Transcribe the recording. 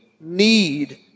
need